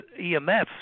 EMFs